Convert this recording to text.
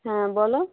হ্যাঁ বলো